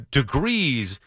degrees